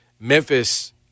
Memphis